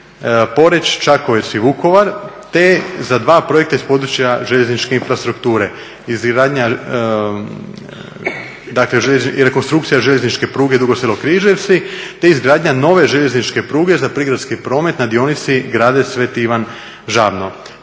Poreč, Čakovec i Vukovar te za 2 projekta iz područja željezničke infrastrukture. Rekonstrukcija željezničke pruge Dugo Selo–Križevci te izgradnja nove željezničke pruge za prigradski promet na dionici Gradec-Sv. Ivan Žabno.